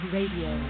Radio